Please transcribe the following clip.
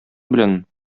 белән